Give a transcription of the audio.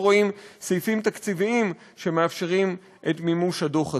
רואים סעיפים תקציביים שמאפשרים את מימוש הדוח הזה.